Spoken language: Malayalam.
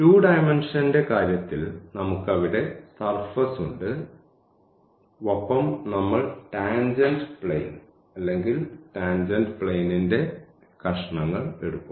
ടു ഡയമെന്ഷന്റെ കാര്യത്തിൽ നമുക്ക് അവിടെ സർഫസ്ഉണ്ട് ഒപ്പം നമ്മൾ ടാൻജെന്റ് പ്ലെയിൻ അല്ലെങ്കിൽ ടാൻജെന്റ് പ്ലെയിൻന്റെ കഷണങ്ങൾ എടുക്കും